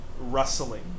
rustling